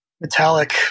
metallic